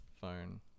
phone